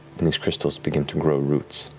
these crystals begin to grow roots,